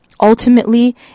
ultimately